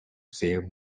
save